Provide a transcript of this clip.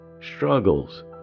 struggles